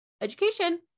education